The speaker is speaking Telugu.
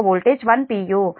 u